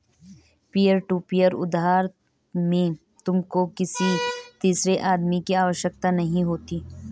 peer to peer उधार में तुमको किसी तीसरे आदमी की आवश्यकता नहीं होती